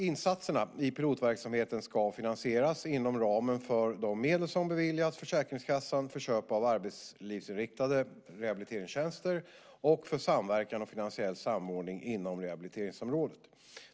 Insatserna i pilotverksamheten ska finansieras inom ramen för de medel som beviljats Försäkringskassan för köp av arbetslivsinriktade rehabiliteringstjänster och för samverkan och finansiell samordning inom rehabiliteringsområdet.